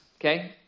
okay